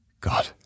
God